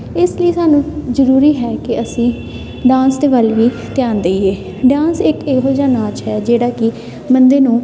ਇਸ ਲਈ ਸਾਨੂੰ ਜ਼ਰੂਰੀ ਹੈ ਕਿ ਅਸੀਂ ਡਾਂਸ ਦੇ ਵੱਲ ਵੀ ਧਿਆਨ ਦਈਏ ਡਾਂਸ ਇੱਕ ਇਹੋ ਜਿਹਾ ਨਾਚ ਹੈ ਜਿਹੜਾ ਕਿ ਬੰਦੇ ਨੂੰ